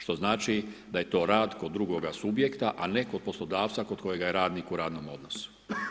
Što znači da je to rad kod drugoga subjekta, a ne kod poslodavca kod kojega je radnik u radnom odnosu.